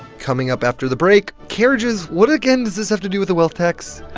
coming up after the break, carriages what again does this have to do with a wealth tax?